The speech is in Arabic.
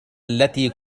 التي